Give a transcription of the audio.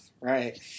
Right